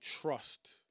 trust